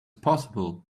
possible